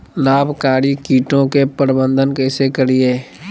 लाभकारी कीटों के प्रबंधन कैसे करीये?